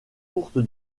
courte